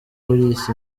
boris